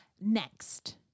Next